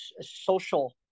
social